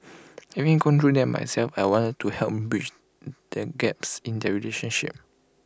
having gone through that myself I want to help bridge the gaps in their relationship